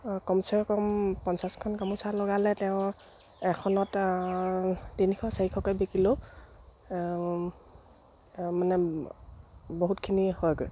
কমচে কম পঞ্চাছখন গামোচা লগালে তেওঁ এখনত তিনিশ চাৰিশকে বিকিলেও মানে বহুতখিনি হয়গৈ